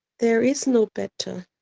there is no better,